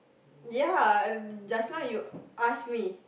ya just now you ask me